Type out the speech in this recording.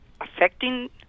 affecting